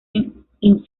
infierno